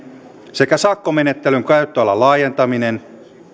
sekä sakkomenettelyn käyttöalan laajentaminen